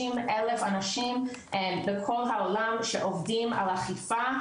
אלף אנשים בכל העולם שעובדים על אכיפה,